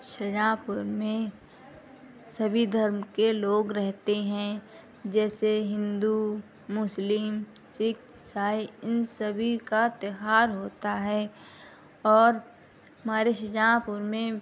شاہجہاں پور میں سبھی دھرم کے لوگ رہتے ہیں جیسے ہندو مسلم سکھ عیسائی ان سبھی کا تیوہار ہوتا ہے اور ہمارے شاہجہاں پور میں